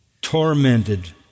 tormented